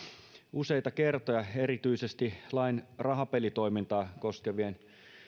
useita kertoja erityisesti lain rahapelitoimintaa koskevien